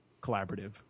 collaborative